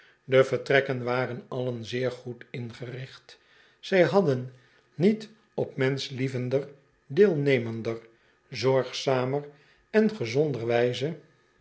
de vertrekken waren allen zeer goed in gericht zij hadden niet op menschlievender deelnemender zorgzamer en